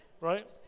Right